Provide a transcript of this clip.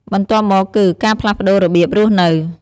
បន្ទាប់មកគឺ ការផ្លាស់ប្តូររបៀបរស់នៅ។